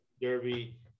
Derby